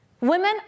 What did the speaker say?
Women